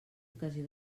ocasió